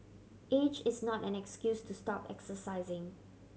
age is not an excuse to stop exercising